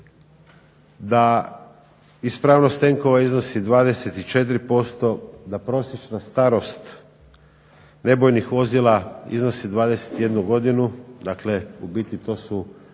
da ispravnost tenkova iznosi 24%, da prosječna starost nebojnih vozila iznosi 21 godinu, dakle ubiti to su